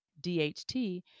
DHT